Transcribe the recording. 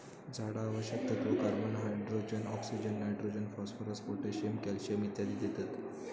झाडा आवश्यक तत्त्व, carbon, hydrogen, oxygen, nitrogen, phosphorus, potassium, calcium इत्यादी देतत